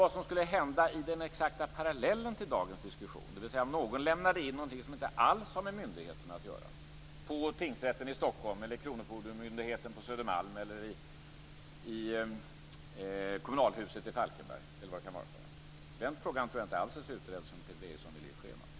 Vad som skulle hända i den exakta parallellen till dagens diskussion, dvs. om någon lämnade in någonting som inte alls har med myndigheten att göra till tingsrätten i Stockholm, kronofogdemyndigheten på Södermalm eller kommunalhuset i Falkenberg eller vad det kan vara, är en fråga som inte alls är så utredd som Peter Eriksson vill ge sken av.